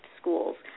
schools